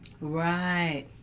Right